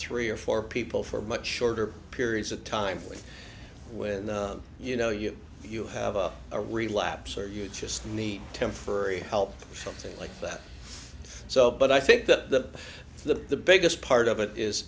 three or four people for much shorter periods of time when when you know you you have a relapse or you just need temporary help something like that so but i think the the the biggest part of it is